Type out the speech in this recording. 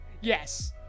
Yes